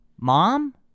Mom